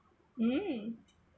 mm